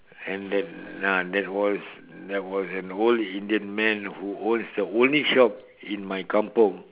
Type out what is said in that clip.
and then uh there was there was an old Indian man who owns the only shop in my kampung